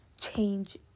change